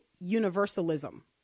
universalism